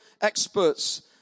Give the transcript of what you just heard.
experts